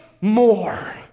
more